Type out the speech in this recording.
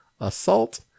Assault